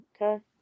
Okay